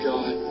God